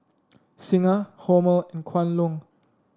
Singha Hormel and Kwan Loong